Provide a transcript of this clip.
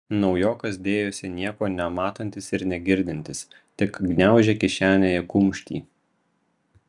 naujokas dėjosi nieko nematantis ir negirdintis tik gniaužė kišenėje kumštį